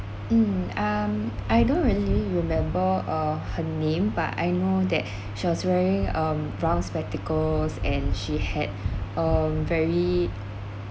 mm um I don't really remember uh her name but I know that she was wearing um brown spectacles and she had um very